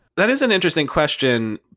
that is an interesting question.